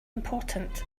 important